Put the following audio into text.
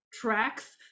tracks